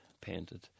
painted